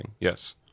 yes